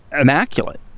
immaculate